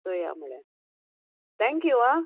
चोया म्हळ्ळे थँक्यू आं